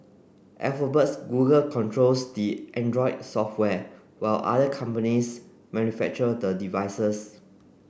Alphabet's Google controls the Android software while other companies manufacture the devices